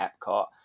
Epcot